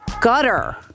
gutter